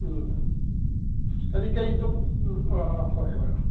ꯎꯝ ꯀꯔꯤ ꯀꯔꯤꯗ ꯎꯝ ꯑꯥ ꯑꯥ ꯍꯣꯏ ꯍꯣꯏ